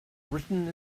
written